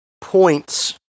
points